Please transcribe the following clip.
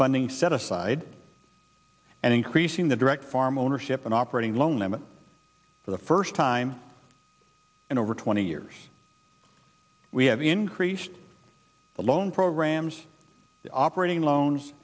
funding set aside and increasing the direct farm ownership and operating loan them for the first time in over twenty years we have in increased the loan programs the operating loans